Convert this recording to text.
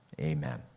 Amen